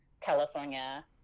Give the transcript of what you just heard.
California